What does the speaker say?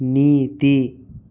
నీతి